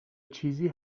چیزی